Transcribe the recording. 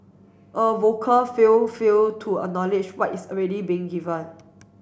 a vocal few fail to acknowledge what is already being given